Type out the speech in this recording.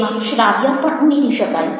તેમાં શ્રાવ્ય પણ ઉમેરી શકાય